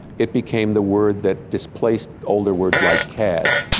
it became the word that displaced older words like cad.